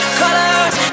colors